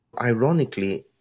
ironically